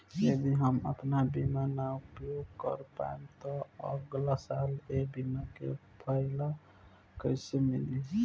यदि हम आपन बीमा ना उपयोग कर पाएम त अगलासाल ए बीमा के फाइदा कइसे मिली?